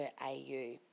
AU